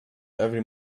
every